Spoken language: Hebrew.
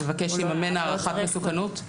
המבקש יממן הערכת מסוכנות?